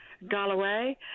Galloway